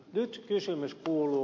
nyt kysymys kuuluu